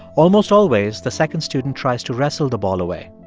almost always, the second student tries to wrestle the ball away.